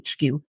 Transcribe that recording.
hq